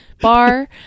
bar